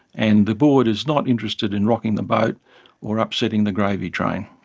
and the board is not interested in rocking the boat or upsetting the gravy train.